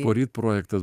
poryt projektas